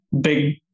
big